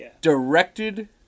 Directed